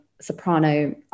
soprano